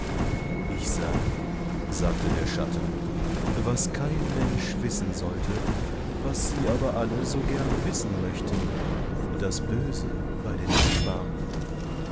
ich sah sagte der schatten was kein mensch wissen sollte was sie aber alle so gern wissen möchten das böse bei den nachbarn